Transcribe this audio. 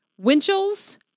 Winchell's